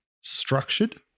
structured